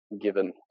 given